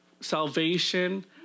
salvation